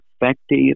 effective